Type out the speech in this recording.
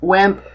Wimp